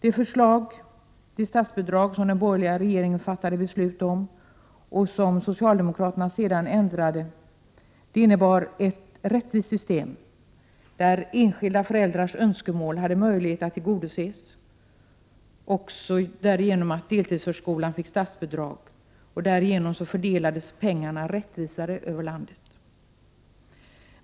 Det statsbidrag som den borgerliga regeringen fattade beslut om och som socialdemokraterna sedan ändrade på innebar ett rättvist system där enskilda föräldrars önskemål kunde tillgodoses. Genom att även deltidsförskolan fick statsbidrag så fördelades pengarna rättvisare över landet.